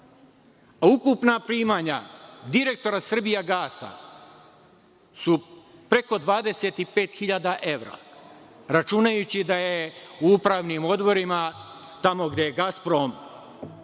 Ukupna primanja direktora „Srbijagasa“ su preko 25.000 evra, računajući da je u upravnim odborima, tamo gde je „Gasprom“ vlasnik